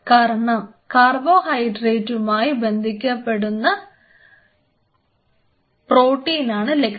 കാരണം കാർബോഹൈഡ്രേറ്റുമായി ബന്ധപ്പെടുന്ന ഒരു പ്രോട്ടീനാണ് ലെക്റ്റിൻ